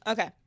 Okay